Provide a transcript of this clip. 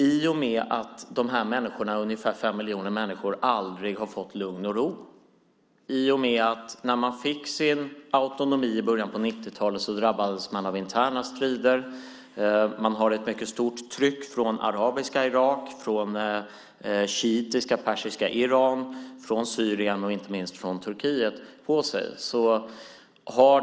I och med att de här människorna, ungefär 5 miljoner, aldrig har fått lugn och ro har det varit mycket svårt för Kurdistan att kunna utvecklas internt, att kunna förbättras socialt och inte minst att kunna förbättra kvinnornas situation. När de fick sin autonomi i början av 90-talet drabbades de av interna strider.